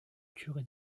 curé